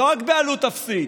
לא רק בעלות אפסית,